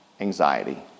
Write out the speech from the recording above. anxiety